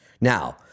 Now